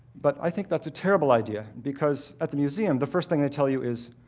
but i think that's a terrible idea. because at the museum, the first thing they tell you is,